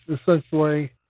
essentially